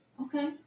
Okay